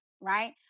right